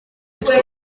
yitwa